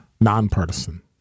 nonpartisan